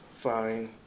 fine